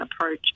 approach